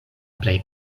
plej